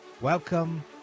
welcome